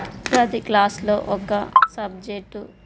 ప్రతీ క్లాస్లో ఒక సబ్జెక్టు